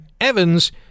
Evans